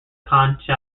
connacht